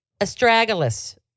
astragalus